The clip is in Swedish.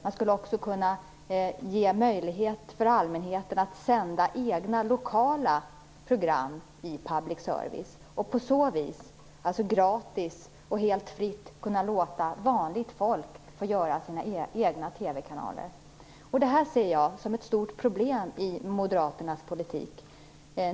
Man skulle också kunna ge möjlighet för allmänheten att sända egna, lokala program i public service och på så vis kunna låta vanligt folk ha sina egna TV-kanaler gratis och helt fritt. Det här ser jag som ett stort problem i Moderaternas politik.